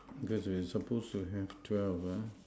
cause we are supposed to have twelve ah